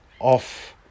off